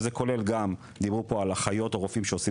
דיברו פה על אחיות או רופאים שעושים